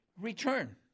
return